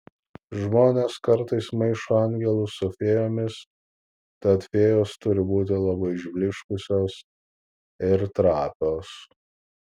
žmonės kartais maišo angelus su fėjomis tad fėjos turi būti labai išblyškusios ir trapios